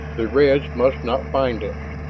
the reds must not find this.